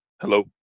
Hello